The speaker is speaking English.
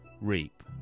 Reap